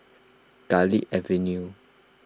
Garlick Avenue